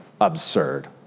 absurd